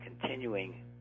continuing